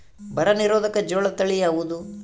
ಬರ ನಿರೋಧಕ ಜೋಳ ತಳಿ ಯಾವುದು?